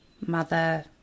mother